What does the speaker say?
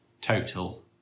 total